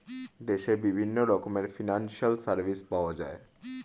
দেশে বিভিন্ন রকমের ফিনান্সিয়াল সার্ভিস পাওয়া যায়